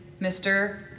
Mr